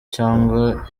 cyangwa